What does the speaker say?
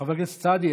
חבר הכנסת סעדי,